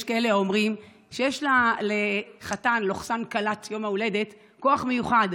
יש כאלה שאומרים שיש לחתן או כלת יום ההולדת כוח מיוחד,